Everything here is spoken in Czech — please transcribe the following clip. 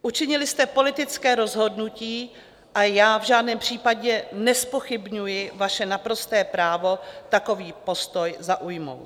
Učinili jste politické rozhodnutí a já v žádném případě nezpochybňuji vaše naprosté právo takový postoj zaujmout.